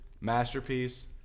Masterpiece